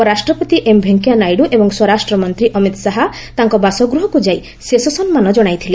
ଉପରାଷ୍ଟ୍ରପତି ଏମ୍ ଭେଙ୍କିୟା ନାଇଡୁ ଏବଂ ସ୍ୱରାଷ୍ଟ୍ର ମନ୍ତ୍ରୀ ଅମିତ୍ ଶାହା ତାଙ୍କ ବାସଗୃହକୁ ଯାଇ ଶେଷ ସମ୍ମାନ ଜଣାଇଥିଲେ